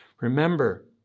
Remember